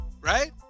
Right